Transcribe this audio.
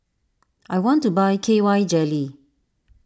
I want to buy K Y Jelly